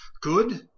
Good